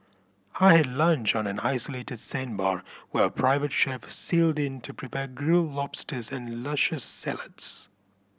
I had lunch on an isolated sandbar where a private chef sailed in to prepare grilled lobsters and luscious salads